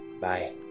Bye